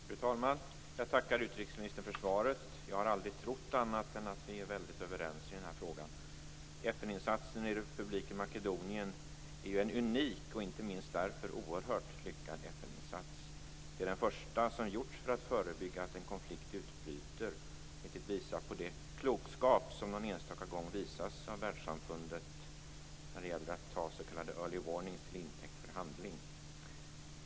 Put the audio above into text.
Fru talman! Jag tackar utrikesministern för svaret. Jag har aldrig trott annat än att vi är väldigt överens i den här frågan. FN-insatsen i republiken Makedonien är en unik och inte minst därför oerhört lyckad FN-insats. Det är den första FN-insats som gjorts för att förebygga att en konflikt utbryter, vilket visar på det klokskap som någon enstaka gång visas av världssamfundet när det gäller att ta s.k. early warnings till intäkt för handling.